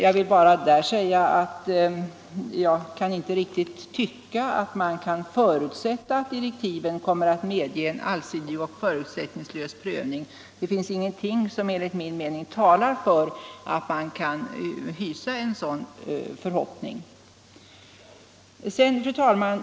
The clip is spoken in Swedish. Beträffande den reservationen vill jag bara säga att jag inte tycker att man kan förutsätta att direktiven kommer att medge en allsidig och förutsättningslös prövning. Enligt min mening talar ingenting för att man kan hysa en sådan förhoppning.